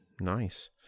nice